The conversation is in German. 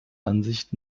ansicht